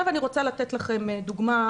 אני רוצה לתת לכם דוגמה,